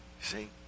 See